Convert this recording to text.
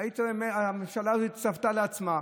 הממשלה הרי צפתה לעצמה,